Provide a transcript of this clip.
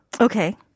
Okay